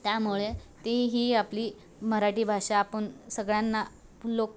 त्यामुळे ती ही आपली मराठी भाषा आपण सगळ्यांना लोक